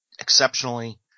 exceptionally